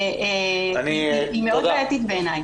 זה מאוד בעייתי בעיניי.